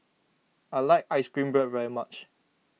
I like Ice Cream Bread very much